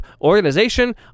organization